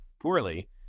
poorly